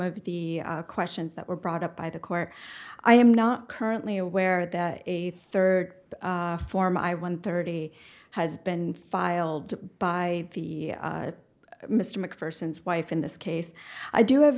of the questions that were brought up by the court i am not currently aware that a third for my one thirty has been filed by the mr macpherson's wife in this case i do